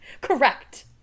Correct